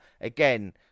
again